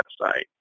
website